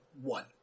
one